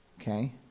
Okay